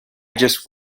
just